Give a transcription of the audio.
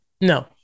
No